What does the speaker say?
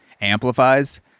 amplifies